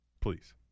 Please